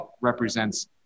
represents